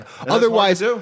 Otherwise